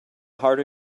harder